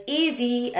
easy